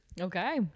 okay